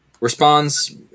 responds